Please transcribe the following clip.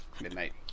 midnight